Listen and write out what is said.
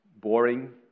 boring